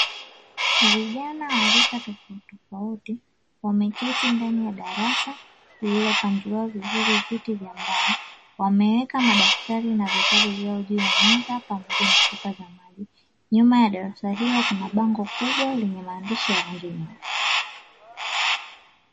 Vijana wa rika tofautitofauti wameketi ndani ya darasa lililopangiliwa vizuri viti vya mbao, wameweka madaftari na vitabu vyao juu ya meza pamoja na chupa za maji. Nyuma ya darasa hilo kuna bango kubwa lenye maandishi ya rangi nyeusi.